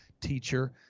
teacher